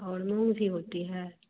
और मूँग भी होती है